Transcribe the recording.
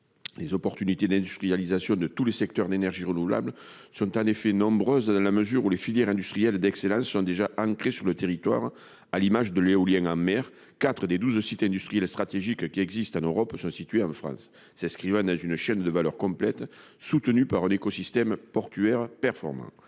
Les opportunités d'industrialisation de tous les secteurs d'énergies renouvelables sont en effet nombreuses dans la mesure où les filières industrielles d'excellence sont déjà ancré sur le territoire. À l'image de l'éolien en mer. 4 des 12 sites industriels stratégiques qui existe en Europe sont situés en France, c'est ce que une chaîne de valeur complète soutenu par un écosystème portuaire performant.